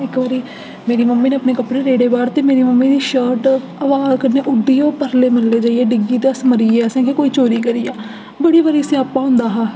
इक बारी मेरी मम्मी नै अपने कपड़े रेड़े बाह्र ते मेरी मम्मी दी शर्ट हवा कन्नै उड्डियै परले म्हल्ले जाइयै डिग्गी ते अस डरी गे असें आखेआ कोई चोरी करी गेआ बड़ी बारी स्यापा होंदा हा